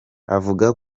avuga